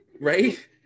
Right